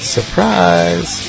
Surprise